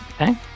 Okay